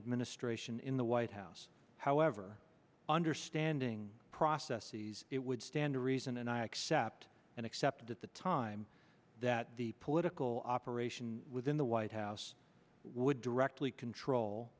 administration in the white house however understanding processes it would stand to reason and i accept and accept at the time that the political operation within the white house would directly